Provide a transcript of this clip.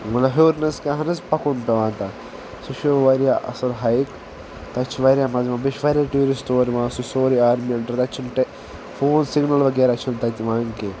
مطلب ہیوٚر نہٕ حظ کینہہ نہ حظ پکُن پیٚوان تتھ سُہ چھُ واریاہ اصل ہایِک تتہِ چھُ واریاہ مزٕ یِوان مےٚ چھُ واریاہ ٹوٗرسٹ اور یوان سُہ چھ سورُے آرمی انڈر تتہِ چھنہٕ فون سِگنل وغیرہ چھنہٕ تتہِ یوان کینٛہہ